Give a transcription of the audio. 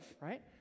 right